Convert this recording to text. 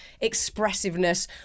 expressiveness